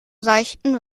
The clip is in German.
seichten